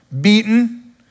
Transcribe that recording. beaten